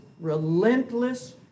relentless